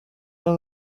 nta